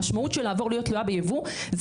המשמעות של לעבור להיות תלויה בייבוא זה